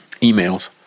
emails